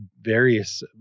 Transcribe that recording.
various